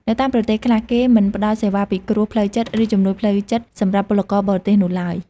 នៅតាមប្រទេសខ្លះ គេមិនផ្តល់សេវាពិគ្រោះផ្លូវចិត្ត ឬជំនួយផ្លូវចិត្តសម្រាប់ពលករបរទេសនោះឡើយ។